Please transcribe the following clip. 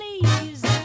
please